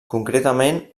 concretament